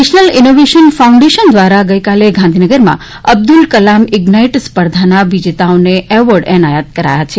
national innovation foundation દ્વારા ગઇકાલે ગાંધીનગરમાં અબ્દુલ કલામ ઇઝ્નાઇટ સ્પર્ધાના વિજેતાઓને એવોર્ડ એનાયત કરાયા છે